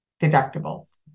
deductibles